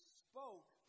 spoke